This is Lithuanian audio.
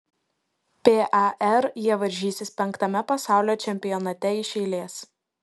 par jie varžysis penktame pasaulio čempionate iš eilės